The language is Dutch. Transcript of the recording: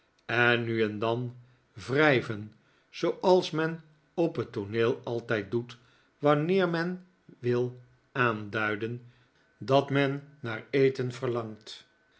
en nu en dan wrijven zooals men op het tooneel altijd doet wahneer men wil aanduiden dat men naar eten verlangt